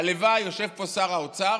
והלוואי, יושב פה שר האוצר,